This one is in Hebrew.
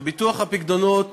כשביטוח הפיקדונות